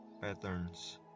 patterns